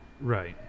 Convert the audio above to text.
right